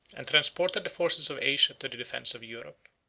and transported the forces of asia to the defence of europe.